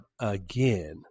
again